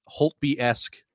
Holtby-esque